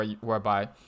whereby